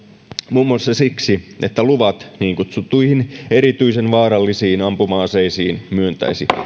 muun muassa sillä että luvat niin kutsuttuihin erityisen vaarallisiin ampuma aseisiin myöntäisi